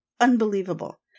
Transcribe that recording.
unbelievable